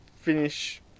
finish